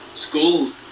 school